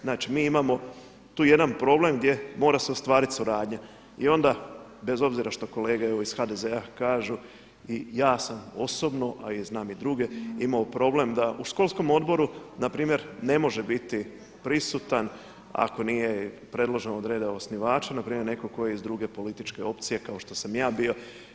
Znači, mi imamo tu jedan problem gdje mora se ostvariti suradnja i onda bez obzira što kolege evo iz HDZ-a kažu i ja sam osobno a znam i druge imao problem da u školskom odboru na primjer ne može biti prisutan ako nije predložen od reda osnivača, na primjer netko tko je iz druge političke opcije kao što sam ja bio.